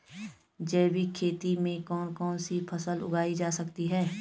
जैविक खेती में कौन कौन सी फसल उगाई जा सकती है?